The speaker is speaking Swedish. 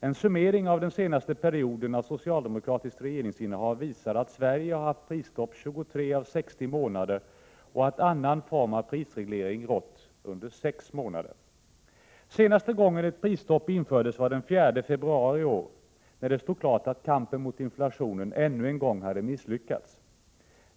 En summering av den senaste perioden av socialdemokratiskt regeringsinnehav visar att Sverige har haft prisstopp 23 av 60 månader och att annan form av prisreglering rått under 6 månader. Senaste gången ett prisstopp infördes var den 4 februari i år, när det stod klart att kampen mot inflationen ännu en gång hade misslyckats.